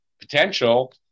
potential